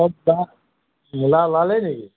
অ' বাঃ মূলা ওলালেই নেকি